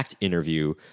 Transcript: interview